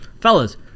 Fellas